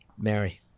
Mary